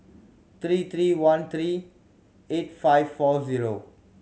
three three one three eight five four zero